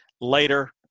later